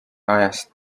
ajast